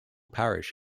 parish